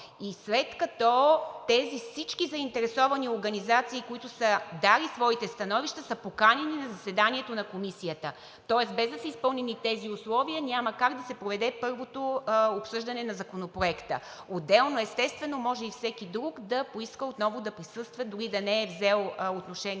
и след като всички тези заинтересовани организации, които са дали своите становища, са поканени на заседанието на комисията. Тоест, без да са изпълнени тези условия, няма как да се проведе първото обсъждане на законопроекта. Отделно, естествено, може и всеки друг да поиска отново да присъства – дори да не е взел отношение